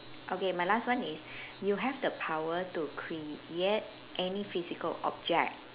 okay my last one is you have the power to create any physical object